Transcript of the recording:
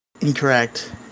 Incorrect